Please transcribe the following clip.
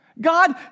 God